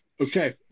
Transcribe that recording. Okay